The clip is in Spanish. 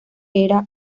era